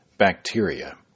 bacteria